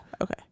okay